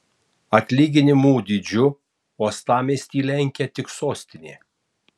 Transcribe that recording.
atlyginimų dydžiu uostamiestį lenkia tik sostinė